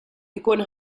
jkun